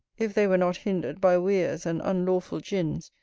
if they were not hindered by weirs and unlawful gins,